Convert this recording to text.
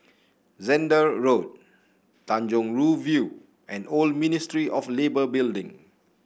Zehnder Road Tanjong Rhu View and Old Ministry of Labour Building